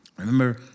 Remember